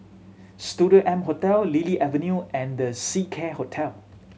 Studio M Hotel Lily Avenue and The Seacare Hotel